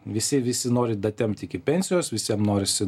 visi visi nori datempt iki pensijos visiem norisi